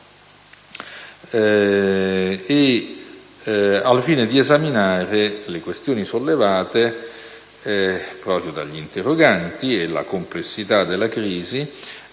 al fine di esaminare le questioni sollevate proprio dagli interroganti e la complessità della crisi.